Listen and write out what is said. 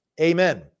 Amen